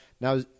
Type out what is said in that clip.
Now